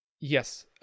Yes